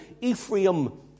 Ephraim